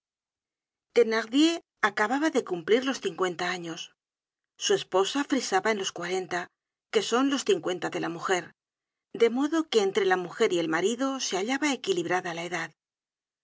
faces thenardier acababa de cumplir los cincuenta años su esposa frisaba en los cuarenta que son los cincuenta de la mujer de modo que entre la mujer y el marido se hallaba equilibrada la edad